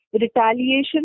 Retaliation